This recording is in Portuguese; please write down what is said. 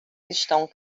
estão